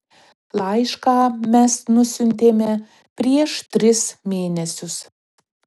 laišką mes nusiuntėme prieš tris mėnesius